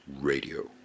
Radio